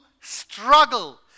struggle